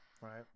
Right